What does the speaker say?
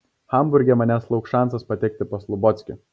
hamburge manęs lauks šansas patekti pas lubockį